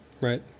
right